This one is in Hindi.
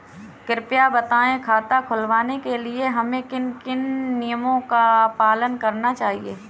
कृपया बताएँ खाता खुलवाने के लिए हमें किन किन नियमों का पालन करना चाहिए?